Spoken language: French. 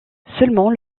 seulement